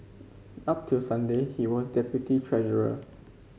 up till Sunday he was deputy treasurer